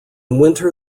winter